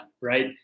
right